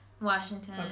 Washington